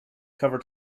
cover